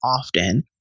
often